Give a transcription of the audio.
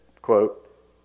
quote